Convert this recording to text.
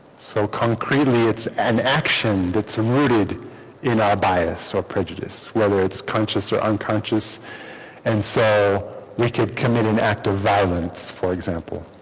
so concretely it's an action that's rooted in our bias or prejudice whether it's conscious or unconscious and so they could commit an act of violence for example